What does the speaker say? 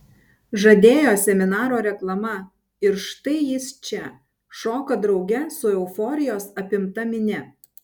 žadėjo seminaro reklama ir štai jis čia šoka drauge su euforijos apimta minia